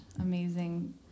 amazing